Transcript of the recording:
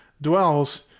dwells